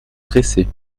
presser